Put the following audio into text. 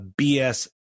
BS